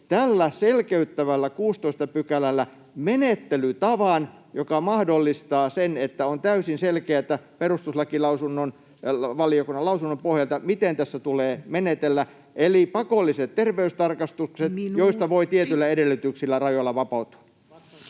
tällä selkeyttävällä 16 §:llä menettelytavan, joka mahdollistaa sen, että on täysin selkeätä perustuslakivaliokunnan lausunnon pohjalta, miten tässä tulee menetellä: eli pakolliset terveystarkastukset, [Puhemies: Minuutti!] joista voi tietyillä edellytyksillä rajoilla vapautua.